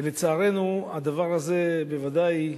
לצערנו, הדבר הזה בוודאי,